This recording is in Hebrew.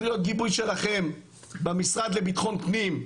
להיות גיבוי שלכם במשרד לביטחון פנים.